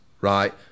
right